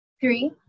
Three